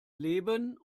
leben